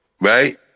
right